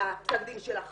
פסק הדין שלה חלוט,